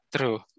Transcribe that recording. True